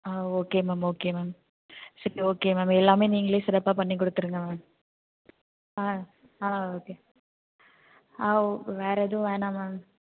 ஆ okay ma'am okay ma'am சரி okay ma'am எல்லாமே நீங்களே சிறப்பாக பண்ணி கொடுத்துருங்க மேம் ஆ ஆ ஓகே ஆ ஓக் வேறு எதுவும் வேணாம் மேம்